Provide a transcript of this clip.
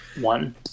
one